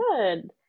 good